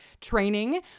training